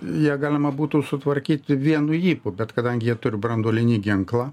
ja galima būtų sutvarkyti vienu ypu bet kadangi jie turi branduolinį ginklą